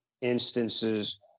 instances